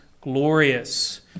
glorious